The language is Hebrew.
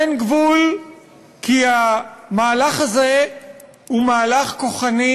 אין גבול כי המהלך הזה הוא מהלך כוחני,